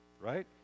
right